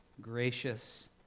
gracious